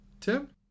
Tim